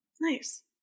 nice